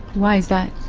why is that?